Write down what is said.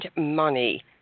money